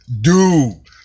Dude